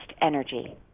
energy